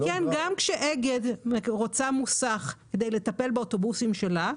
גם כשאגד רוצה מוסך כדי לטפל באוטובוסים שלה,